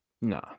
no